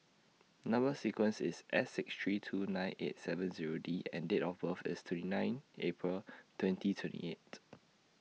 Number sequence IS S six three two nine eight seven Zero D and Date of birth IS twenty nine April twenty twenty eight